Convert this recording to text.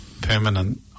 permanent